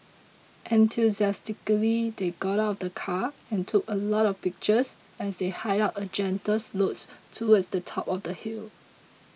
enthusiastically they got out of the car and took a lot of pictures as they hiked up a gentle slopes towards the top of the hill